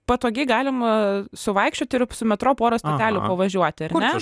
patogiai galima suvaikščioti ir su metro porą stotelių pavažiuoti ar ne